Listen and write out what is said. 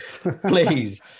please